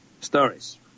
stories